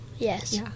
Yes